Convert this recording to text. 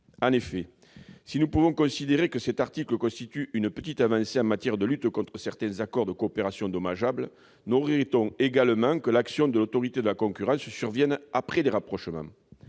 publics. Si nous pouvons considérer que cet article constitue une petite avancée en matière de lutte contre certains accords de coopération dommageables, nous regrettons que l'action de l'Autorité de la concurrence survienne après les rapprochements.